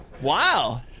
wow